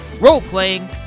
role-playing